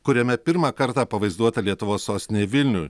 kuriame pirmą kartą pavaizduota lietuvos sostinė vilniu